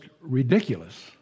ridiculous